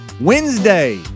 wednesday